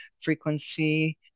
frequency